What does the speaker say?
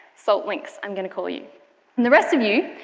salt links i'm going to call you. and the rest of you,